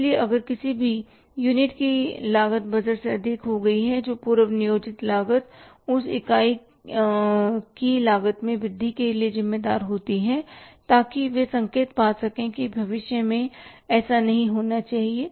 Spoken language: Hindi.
इसलिए अगर किसी भी यूनिट की लागत बजट से अधिक हो गई है तो पूर्व निर्धारित लागत उस इकाई की लागत में वृद्धि के लिए जिम्मेदार होती है ताकि वे संकेत पा सकें कि भविष्य में ऐसा नहीं होना चाहिए